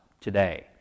today